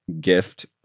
gift